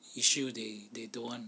issue they they don't want